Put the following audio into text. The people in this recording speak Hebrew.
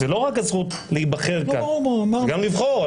זו לא רק הזכות להיבחר כאן, גם לבחור.